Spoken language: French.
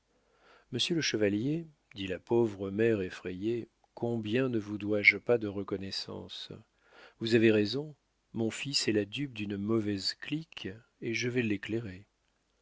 monsieur le chevalier dit la pauvre mère effrayée combien ne vous dois-je pas de reconnaissance vous avez raison mon fils est la dupe d'une mauvaise clique et je vais l'éclairer